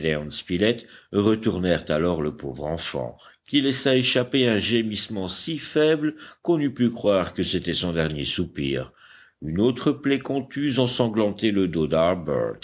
retournèrent alors le pauvre enfant qui laissa échapper un gémissement si faible qu'on eût pu croire que c'était son dernier soupir une autre plaie contuse ensanglantait le dos